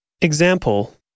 Example